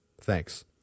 Thanks